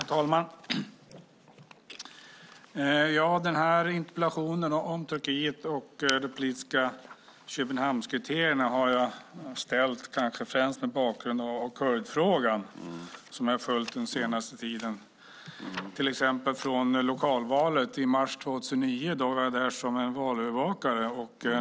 Herr talman! Den här interpellationen om Turkiet och de politiska Köpenhamnskriterierna har jag ställt kanske främst mot bakgrund av kurdfrågan, som jag har följt den senaste tiden. Vid lokalvalet i mars 2009 var jag där som valövervakare.